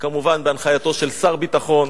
כמובן בהנחייתו של שר הביטחון,